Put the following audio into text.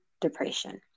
depression